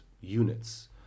units